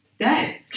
Dead